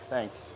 Thanks